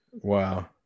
Wow